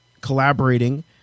collaborating